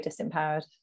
disempowered